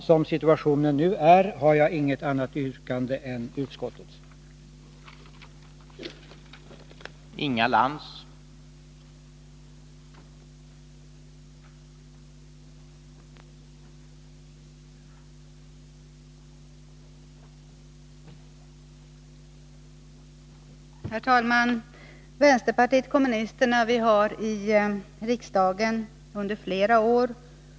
Som situationen nu är har jag inget annat yrkande än bifall till utskottets förslag.